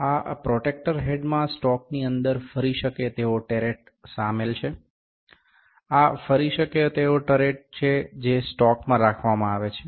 આ પ્રોટ્રેક્ટર હેડમાં સ્ટોકની અંદર ફરી શકે તેવો ટરેટ શામેલ છે આ ફરી શકે તેવો ટરેટ છે જે સ્ટોકમાં રાખવામાં આવે છે